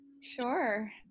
Sure